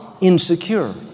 insecure